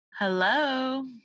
Hello